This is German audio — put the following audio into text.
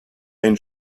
ein